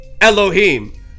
Elohim